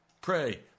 pray